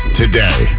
today